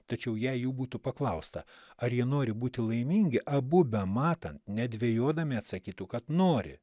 tačiau jei jų būtų paklausta ar jie nori būti laimingi abu bematant nedvejodami atsakytų kad nori